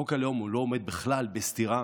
חוק הלאום לא עומד בכלל בסתירה